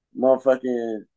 Motherfucking